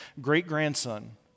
great-grandson